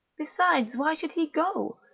besides, why should he go?